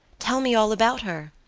tell me all about her?